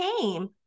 came